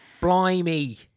blimey